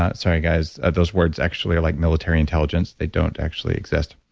ah sorry, guys. those words actually are like military intelligence. they don't actually exist,